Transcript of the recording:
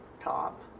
top